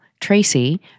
Tracy